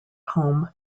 home